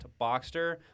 Boxster